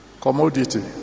commodity